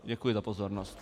Děkuji za pozornost.